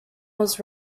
was